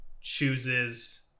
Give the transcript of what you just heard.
chooses